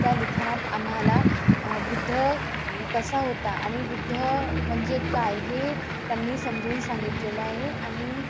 त्या लिखाणात आम्हाला बुद्ध कसा होता आणि बुद्ध म्हणजे काय हे त्यांनी समजून सांगितलेलं आहे आणि